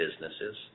businesses